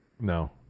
No